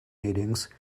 meetings